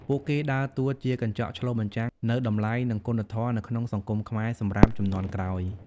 ពួកគេដើរតួជា កញ្ចក់ឆ្លុះបញ្ចាំង នូវតម្លៃ និងគុណធម៌នៅក្នុងសង្គមខ្មែរសម្រាប់ជំនាន់ក្រោយ។